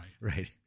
Right